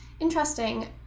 Interesting